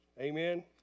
Amen